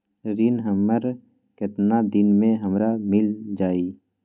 ऋण हमर केतना दिन मे हमरा मील जाई?